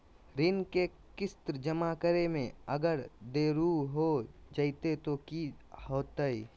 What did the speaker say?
ऋण के किस्त जमा करे में अगर देरी हो जैतै तो कि होतैय?